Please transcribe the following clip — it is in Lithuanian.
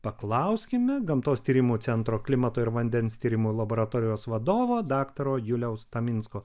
paklauskime gamtos tyrimų centro klimato ir vandens tyrimo laboratorijos vadovo daktaro juliaus taminsko